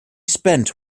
spent